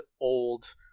old